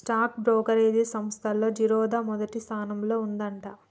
stock brokerage సంస్తల్లో జిరోదా మొదటి స్థానంలో ఉందంట